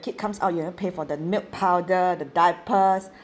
kid comes out you have to pay for the milk powder the diapers